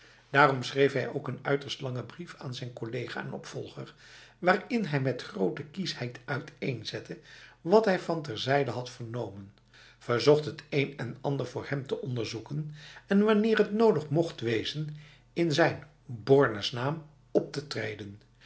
daarom schreef hij ook een uiterst lange brief aan zijn collega en opvolger waarin hij met grote kiesheid uiteenzette wat hij van terzijde had vernomen verzocht het een en ander voor hem te onderzoeken en wanneer het nodig mocht wezen in zijn bornes naam op te treden